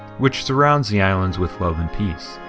which surrounds the islands with love and peace.